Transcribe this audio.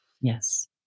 Yes